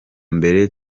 mbere